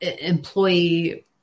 employee